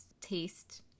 taste